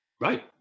Right